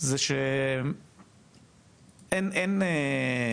זה שאין רצון.